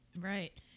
Right